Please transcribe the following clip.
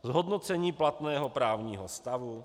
Zhodnocení platného právního stavu.